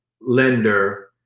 lender